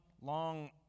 long